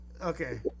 Okay